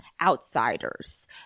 outsiders